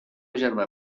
germà